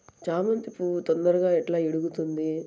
చామంతి పువ్వు తొందరగా ఎట్లా ఇడుగుతుంది?